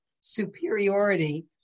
superiority